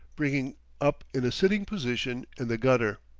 bringing up in a sitting position in the gutter,